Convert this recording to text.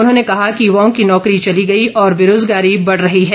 उन्होंने कहा कि युवाओं की नौकरी चली गई और बेरोजगारी बढ़ रही है